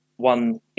One